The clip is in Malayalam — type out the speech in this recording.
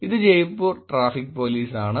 ഇത് ജയ്പൂർ ട്രാഫിക് പോലീസ് ആണ്